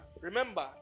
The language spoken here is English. Remember